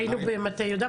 היינו במטה יהודה,